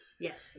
Yes